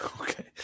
okay